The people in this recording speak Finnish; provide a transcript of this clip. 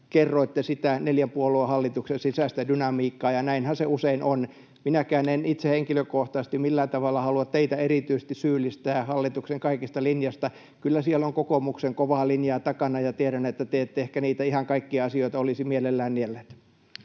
kerroitte sitä neljän puolueen hallituksen sisäistä dynamiikkaa, ja näinhän se usein on. Minäkään en itse henkilökohtaisesti millään tavalla halua erityisesti teitä syyllistää hallituksen kaikesta linjasta. Kyllä siellä on kokoomuksen kovaa linjaa takana, ja tiedän, että te ette ehkä ihan niitä kaikkia asioita olisi mielellänne nielleet.